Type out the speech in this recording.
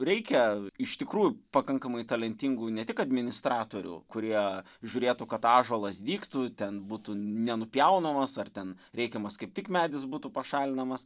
reikia iš tikrųjų pakankamai talentingų ne tik administratorių kurie žiūrėtų kad ąžuolas dygtų ten būtų nenupjaunamas ar ten reikiamas kaip tik medis būtų pašalinamas